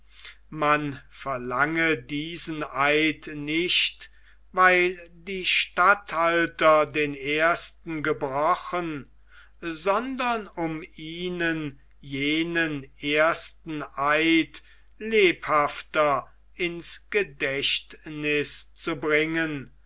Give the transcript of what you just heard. man verlange diesen eid nicht weil die statthalter den ersten gebrochen sondern um ihnen jenen ersten eid lebhafter ins gedächtniß zu bringen